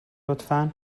لطفا